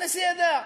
הנשיא ידע,